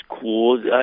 cool